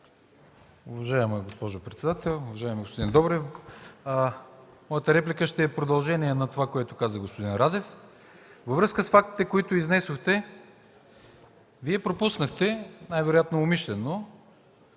Уважаема госпожо председател! Уважаеми господин Добрев, моята реплика ще е продължение на това, което каза господин Радев. Във връзка с фактите, които изнесохте, Вие пропуснахте, най-вероятно умишлено,